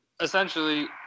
essentially